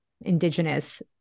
Indigenous